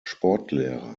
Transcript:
sportlehrer